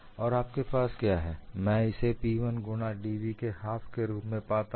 और आपके पास क्या है मैं इसे P1 गुणा dv के ½ रूप में पाता हूं